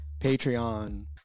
Patreon